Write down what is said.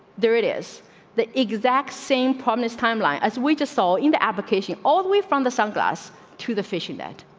there it iss the exact same promise timeline as we just saw in the application, all the way from the sunglass to the fishing net.